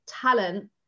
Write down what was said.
talent